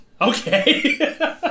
Okay